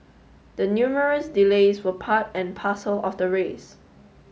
the numerous delays for part and parcel of the race